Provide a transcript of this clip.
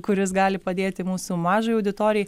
kuris gali padėti mūsų mažai auditorijai